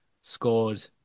scored